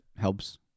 helps